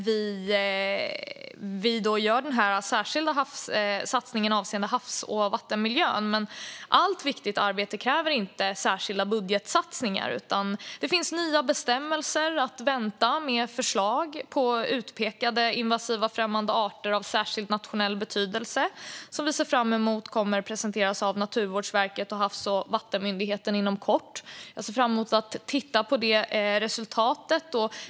Vi gör den särskilda satsningen på havs och vattenmiljön. Men allt viktigt arbete kräver inte särskilda budgetsatsningar. Det finns nya bestämmelser att vänta med förslag på utpekade invasiva främmande arter av särskild nationell betydelse som vi ser fram emot kommer att presenteras av Naturvårdsverket och Havs och vattenmyndigheten inom kort. Jag ser fram emot att titta på det resultatet.